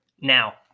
Now